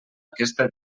aquesta